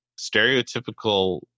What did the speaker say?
stereotypical